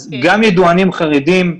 גם ידוענים חרדים,